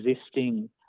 existing